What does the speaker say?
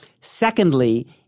Secondly